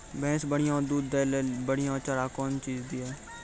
भैंस बढ़िया दूध दऽ ले ली बढ़िया चार कौन चीज दिए?